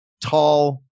tall